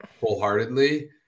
wholeheartedly